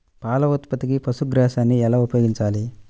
పాల ఉత్పత్తికి పశుగ్రాసాన్ని ఎలా ఉపయోగించాలి?